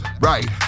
right